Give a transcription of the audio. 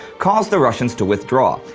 caused the russians to withdraw.